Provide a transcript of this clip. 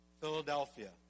Philadelphia